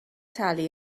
talu